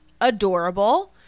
adorable